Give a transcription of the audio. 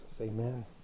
Amen